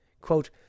Quote